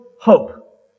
hope